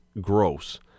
gross